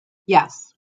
yes